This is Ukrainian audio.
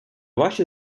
ваші